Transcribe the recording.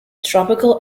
tropical